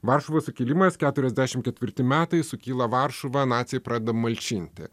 varšuvos sukilimas keturiasdešim ketvirti metai sukyla varšuva naciai pradeda malšinti